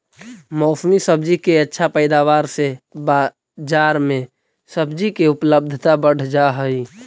मौसमी सब्जि के अच्छा पैदावार से बजार में सब्जि के उपलब्धता बढ़ जा हई